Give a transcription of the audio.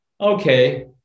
okay